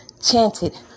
chanted